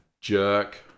jerk